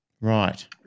Right